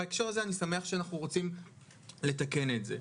בהקשר הזה אני שמח שאנחנו רוצים לתקן את זה.